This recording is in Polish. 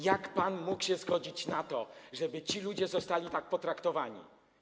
Jak pan mógł się zgodzić na to, żeby ci ludzie zostali tak potraktowani?